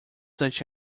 such